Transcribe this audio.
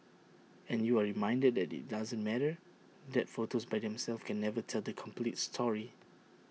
and you are reminded that IT doesn't matter that photos by themselves can never tell the complete story